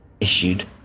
issued